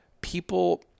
People